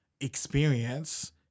experience